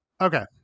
Okay